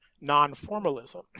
non-formalism